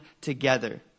together